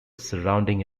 surrounding